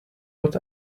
what